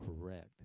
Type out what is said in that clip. correct